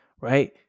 right